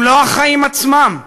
הם לא החיים עצמם?